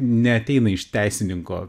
neateina iš teisininko